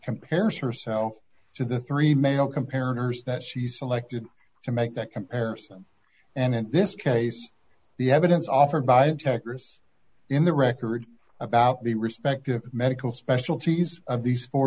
compares herself to the three male compare nurse that she selected to make that comparison and in this case the evidence offered by checkers in the record about the respective medical specialties of these fo